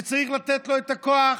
שצריך לתת לו את הכוח,